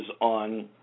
on